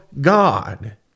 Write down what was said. God